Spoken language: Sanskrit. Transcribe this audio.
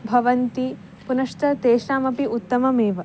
भवन्ति पुनश्च तेषामपि उत्तममेव